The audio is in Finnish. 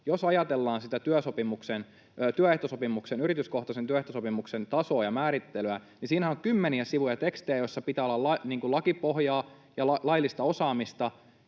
yrityskohtaisen työehtosopimuksen, tasoa ja määrittelyä, niin siinähän on kymmeniä sivuja tekstejä, joissa pitää olla lakipohjaa ja laillista osaamista